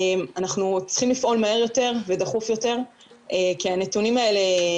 אנחנו צריכים לפעול מהר יותר ודחוף יותר כי הנתונים האלה,